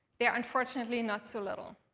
they're unfortunately not so little.